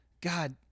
God